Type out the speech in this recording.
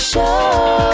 Show